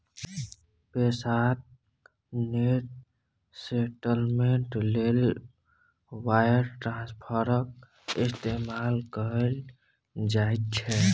पैसाक net settlement लेल wire ट्रांस्फरक इस्तेमाल कएल जाइत छै